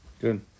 Good